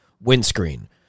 windscreen